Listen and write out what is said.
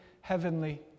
heavenly